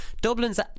Dublin's